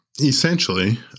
essentially